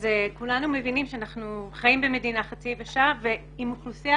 כולנו מבינים שאנחנו חיים במדינה חצי יבשה עם אוכלוסייה